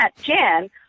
Jan